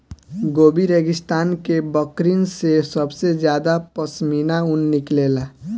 Gobi रेगिस्तान के बकरिन से सबसे ज्यादा पश्मीना ऊन निकलेला